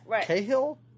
Cahill